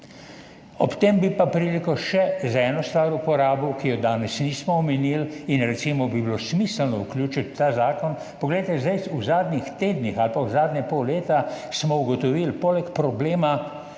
Ob tem bi pa priliko uporabil še za eno stvar, ki je danes nismo omenili in bi jo bilo recimo smiselno vključiti v ta zakon. Poglejte, zdaj v zadnjih tednih ali pa v zadnjega pol leta smo ugotovili poleg problema